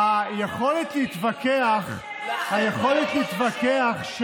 אבל החברים שלכם הצביעו נגדכם.